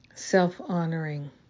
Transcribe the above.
Self-honoring